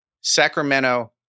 Sacramento